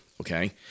Okay